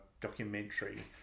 documentary